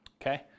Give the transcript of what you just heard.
Okay